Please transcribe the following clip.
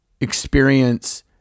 experience